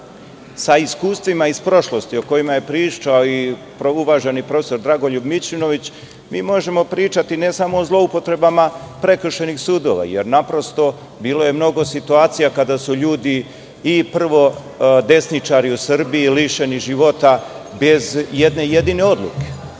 sa iskustvima iz prošlosti, o kojima je pričao i uvaženi profesor Dragoljub Mićunović, mi možemo pričati ne samo o zloupotrebama prekršajnih sudova jer, naprosto, bilo je mnogo situacija kada su ljudi, a prvo desničari u Srbiji lišeni života bez jedne jedine odluke,